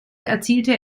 erzielte